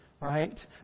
right